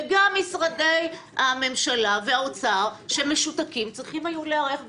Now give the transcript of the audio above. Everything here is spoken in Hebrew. וגם משרדי הממשלה והאוצר שמשותקים צריכים היו להיערך לזה.